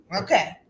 okay